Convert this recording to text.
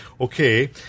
Okay